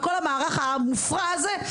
וכל המערך המופרע הזה,